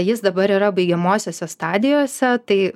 jis dabar yra baigiamosiose stadijose tai